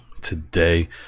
today